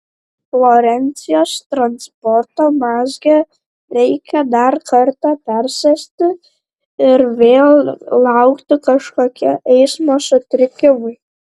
florencijos transporto mazge reikia dar kartą persėsti ir vėl laukti kažkokie eismo sutrikimai